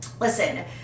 Listen